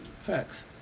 Facts